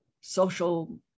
social